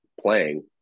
playing